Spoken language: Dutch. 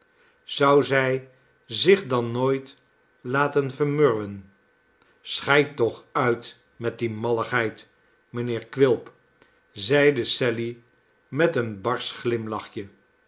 zou zij zich dan nooit laten vermurwen schei toch uit met die malligheid mijnheer quilp zeide sally met een barsch glimlachje